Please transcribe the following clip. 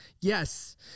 yes